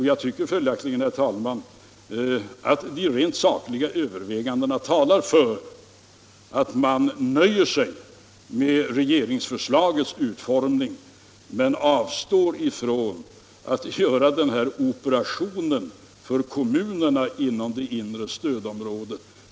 Jag tycker följaktligen, herr talman, att de rent sakliga övervägandena talar för att man nöjer sig med regeringsförslagets utformning och avstår från att göra den här operationen för kommunerna inom det inre stödområdet.